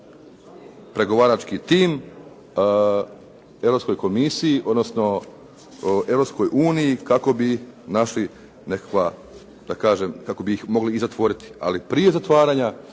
pregovarački tim Europskoj komisiji, odnosno Europskoj uniji kako bi našli neka, da kažem kako bi ih mogli i zatvoriti. Ali prije zatvaranja,